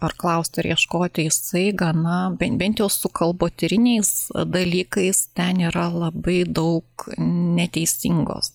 ar klausti ar ieškoti jisai gana ben bent jau su kalbotyriniais dalykais ten yra labai daug neteisingos